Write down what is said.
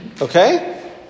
Okay